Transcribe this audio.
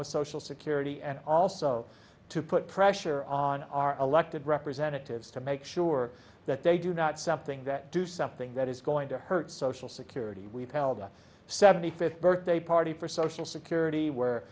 with social security and also to put pressure on our elected representatives to make sure that they do not something that do something that is going to hurt social security seventy fifth birthday party for social security where